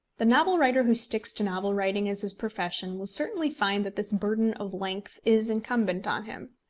the novel-writer who sticks to novel-writing as his profession will certainly find that this burden of length is incumbent on him.